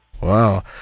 Wow